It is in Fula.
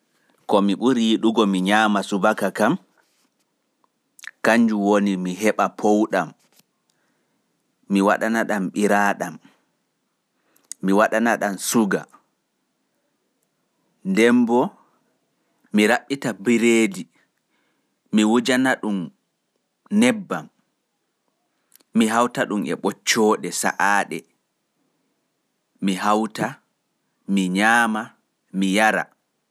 Ko mi ɓuri yiɗuki minyaama subaka kam kanjun woni mi heɓa powɗam mi waɗana ɗam ɓiraaɗam e suga nden bo mi raɓɓita bireedi e ɓoccooɗe sa'aɗe mi hawta mi nyaama.